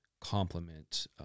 complement